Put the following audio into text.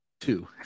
Two